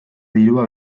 dirua